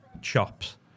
shops